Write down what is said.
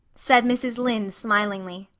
said mrs. lynde smilingly.